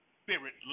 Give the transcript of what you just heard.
spirit